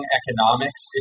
economics